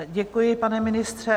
Děkuji, pane ministře.